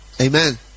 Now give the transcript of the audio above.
Amen